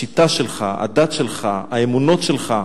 השיטה שלך, הדת שלך, האמונות שלך,